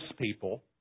people